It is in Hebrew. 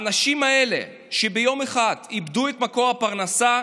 האנשים האלה, שביום אחד איבדו את מקור הפרנסה,